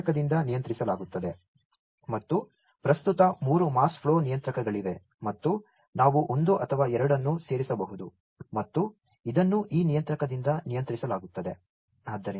ಮತ್ತು ಪ್ರಸ್ತುತ ಮೂರು ಮಾಸ್ ಫ್ಲೋ ನಿಯಂತ್ರಕಗಳಿವೆ ಮತ್ತು ನಾವು 1 ಅಥವಾ 2 ಅನ್ನು ಸೇರಿಸಬಹುದು ಮತ್ತು ಇದನ್ನು ಈ ನಿಯಂತ್ರಕದಿಂದ ನಿಯಂತ್ರಿಸಲಾಗುತ್ತದೆ